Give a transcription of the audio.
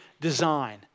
design